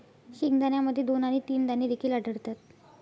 शेंगदाण्यामध्ये दोन आणि तीन दाणे देखील आढळतात